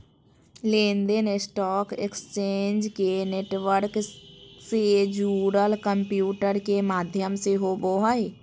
लेन देन stock exchange के network से जुड़ल कंम्प्यूटर के माध्यम से होबो हइ